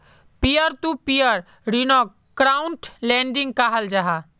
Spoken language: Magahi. पियर तो पियर ऋन्नोक क्राउड लेंडिंग कहाल जाहा